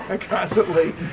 constantly